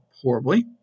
horribly